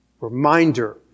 Reminder